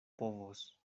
povos